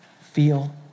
feel